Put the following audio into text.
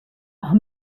are